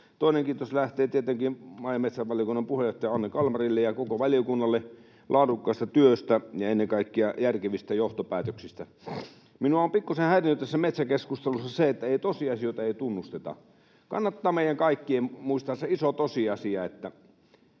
Toinen kiitos lähtee tietenkin maa- metsävaliokunnan puheenjohtaja Anne Kalmarille ja koko valiokunnalle laadukkaasta työstä ja ennen kaikkea järkevistä johtopäätöksistä. Minua on pikkusen häirinnyt tässä metsäkeskustelussa se, että ei tosiasioita tunnusteta. Kannattaa meidän kaikkien muistaa se iso tosiasia, että